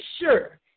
sure